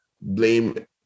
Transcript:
blame